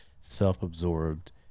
self-absorbed